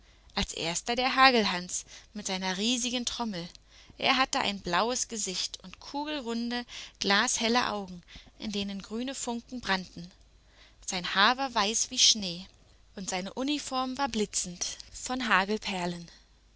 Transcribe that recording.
als erster der hagelhans mit seiner riesigen trommel er hatte ein blaues gesicht und kugelrunde glashelle augen in denen grüne funken brannten sein haar war weiß wie schnee und seine uniform war blitzend von